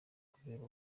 kubera